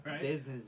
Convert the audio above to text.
Business